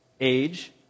age